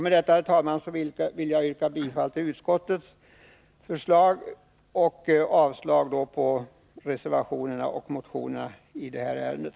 Med detta, herr talman, yrkar jag bifall till utskottets hemställan och avslag på reservationerna och motionerna i det här ärendet.